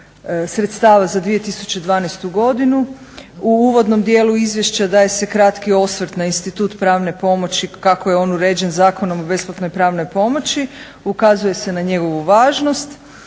U uvodnom dijelu izvješća daje se kratki osvrt na institut pravne pomoći kako je on uređen Zakonom o besplatnoj pravnoj pomoći, ukazuje se na njegovu važnost.